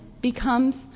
becomes